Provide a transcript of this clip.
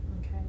Okay